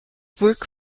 work